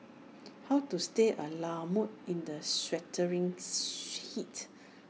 how to stay A la mode in the sweltering heat